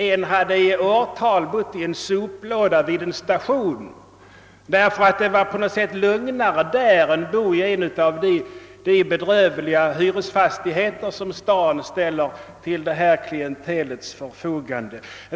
En av dem hade i flera år bott i en soplåda vid en station därför att det där var lugnare än i de usla rivningsfastigheter som staden erbjuder en del av detta klientel.